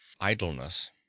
idleness